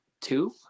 Two